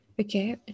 okay